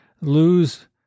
lose